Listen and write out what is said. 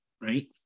right